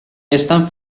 estan